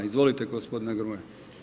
Izvolite gospodine Grmoja.